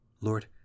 Lord